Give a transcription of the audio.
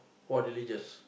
for religious